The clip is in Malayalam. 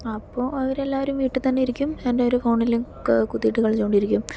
അപ്പോൾ അവരെല്ലാവരും വീട്ടിൽ തന്നെ ഇരിക്കും എല്ലാവരും ഫോണിലും ക് കുത്തിയിട്ട് കളിച്ചുകൊണ്ടിരിക്കും